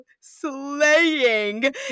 slaying